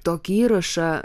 tokį įrašą